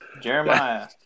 Jeremiah